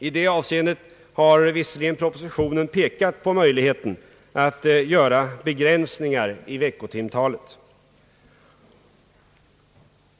I det avseendet har visserligen propositionen pekat på möjligheten att göra begränsningar av veckotimantalet.